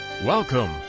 Welcome